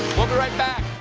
we'll be right back!